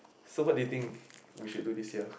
so what do you think we should do this sia